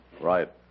Right